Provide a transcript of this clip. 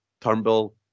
Turnbull